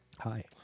Hi